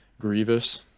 Grievous